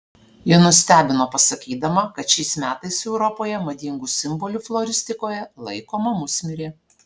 ji nustebino pasakydama kad šiais metais europoje madingu simboliu floristikoje laikoma musmirė